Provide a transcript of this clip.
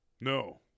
No